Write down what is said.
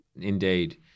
Indeed